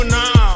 now